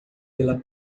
pela